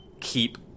keep